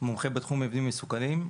מומחה בתחום מבנים מסוכנים.